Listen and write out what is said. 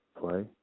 play